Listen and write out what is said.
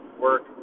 work